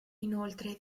inoltre